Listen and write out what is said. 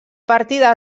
partida